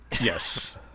Yes